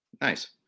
Nice